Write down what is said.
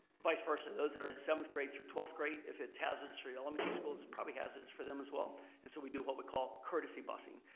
vice versa those that are in seventh grade through twelfth grade, if it's hazardous for elementary schoolers it's probably hazardous for them as well and so we do what we call courtesy busing.